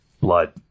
blood